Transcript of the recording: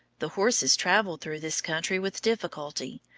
the horses traveled through this country with difficulty,